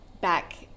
back